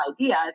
ideas